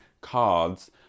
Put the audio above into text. cards